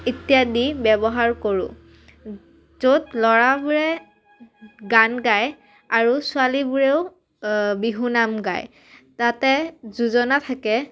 ইত্যাদি ব্যৱহাৰ কৰোঁ য'ত ল'ৰাবোৰে গান গায় আৰু ছোৱালীবোৰেও বিহু নাম গায় তাতে যোজনা থাকে